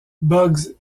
bugs